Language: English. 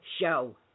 show